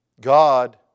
God